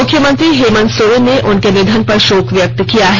मुख्य मंत्री हेमन्त सोरेन ने उनके निधन पर शोक व्यक्त किया है